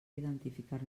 identificar